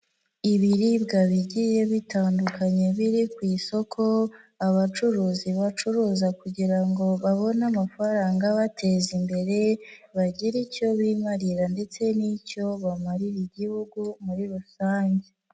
Ibiribwa bigiye bitandukanye biri ku isoko, abacuruzi bacuruza kugira ngo babone amafaranga bateza imbere bagire icyo bimarira ndetse n'icyo bamarira igihugu muri rusange.